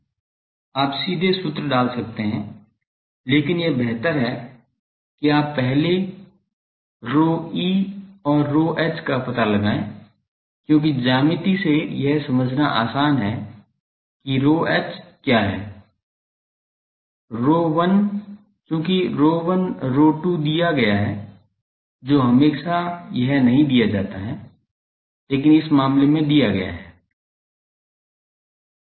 आप सीधे सूत्र डाल सकते हैं लेकिन यह बेहतर है कि आप पहले ρe और ρh का पता लगाएं क्योंकि ज्यामिति से यह समझना आसान है कि ρh क्या है ρ1 चूंकि ρ1 ρ2 दिया गया है जो हमेशा यह नहीं दिया जाता है लेकिन इस मामले में दिया गया है